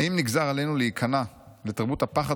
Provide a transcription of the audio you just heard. "האם נגזר עלינו להיכנע לתרבות הפחד